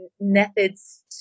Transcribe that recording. methods